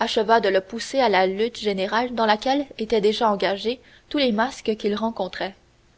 acheva de le pousser à la lutte générale dans laquelle étaient déjà engagés tous les masques qu'ils rencontraient